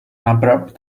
abrupt